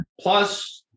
Plus